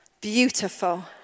Beautiful